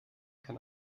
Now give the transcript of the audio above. kann